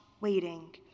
waiting